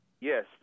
Yes